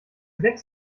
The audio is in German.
sechs